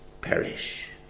perish